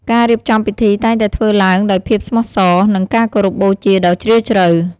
ការរៀបចំពិធីតែងតែធ្វើឡើងដោយភាពស្មោះសរ និងការគោរពបូជាដ៏ជ្រាលជ្រៅ។